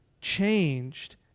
changed